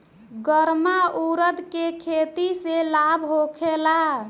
गर्मा उरद के खेती से लाभ होखे ला?